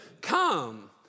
come